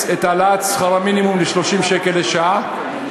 את העלאת שכר המינימום ל-30 שקלים לשעה.